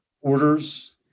orders